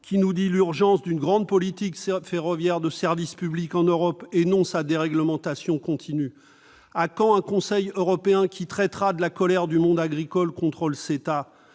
qui nous dit l'urgence d'une grande politique ferroviaire de service public en Europe, et non de sa déréglementation continue ? À quand un Conseil européen qui traitera de la colère du monde agricole contre le CETA ?